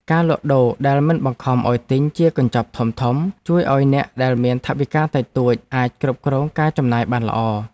ការលក់ដូរដែលមិនបង្ខំឱ្យទិញជាកញ្ចប់ធំៗជួយឱ្យអ្នកដែលមានថវិកាតិចតួចអាចគ្រប់គ្រងការចំណាយបានល្អ។